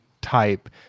type